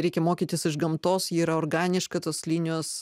reikia mokytis iš gamtos ji yra organiška tos linijos